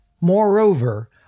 Moreover